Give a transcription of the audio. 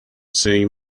seeing